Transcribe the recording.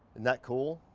and that cool?